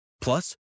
Plus